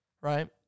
right